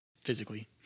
Physically